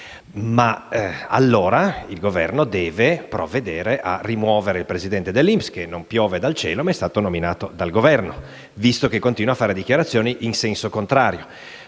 ma allora il Governo deve provvedere a rimuovere il presidente dell'INPS - che non piove dal cielo ma è stato nominato dal Governo - visto che continua a fare dichiarazioni in senso contrario.